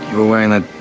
were wearing that